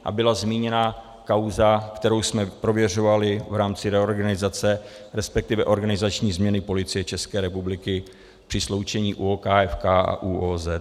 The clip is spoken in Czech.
A byla zmíněna kauza, kterou jsme prověřovali v rámci reorganizace, respektive organizační změny v Policii České republiky při sloučení ÚOKFK a ÚOOZ.